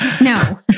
No